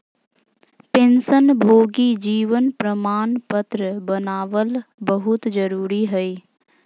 पेंशनभोगी जीवन प्रमाण पत्र बनाबल बहुत जरुरी हइ